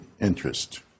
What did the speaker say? interest